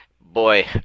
Boy